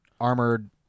armored